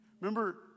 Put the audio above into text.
Remember